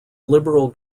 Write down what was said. liberal